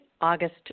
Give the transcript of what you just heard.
August